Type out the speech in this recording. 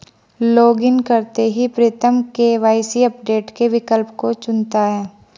login करते ही Pritam KYC update के विकल्प को चुनता है